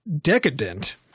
decadent